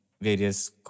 various